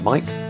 Mike